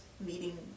meeting